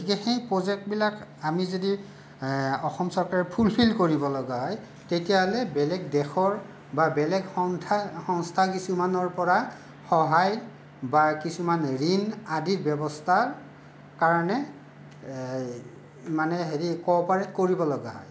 গতিকে সেই প্ৰজেক্টবিলাক আমি যদি অসম চৰকাৰে ফুলফিল কৰিবলগা হয় তেতিয়াহ'লে বেলেগ দেশৰ বা বেলেগ সন্থা সংস্থা কিছুমানৰ পৰা সহায় বা কিছুমান ঋণ আদিৰ ব্যৱস্থাৰ কাৰণে মানে হেৰি ক'পাৰেট কৰিব লগা হয়